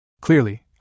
Clearly